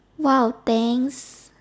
!wow! thanks